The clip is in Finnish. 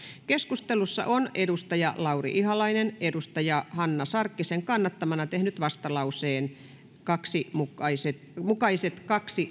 keskustelussa on lauri ihalainen hanna sarkkisen kannattamana tehnyt vastalauseen mukaiset mukaiset kaksi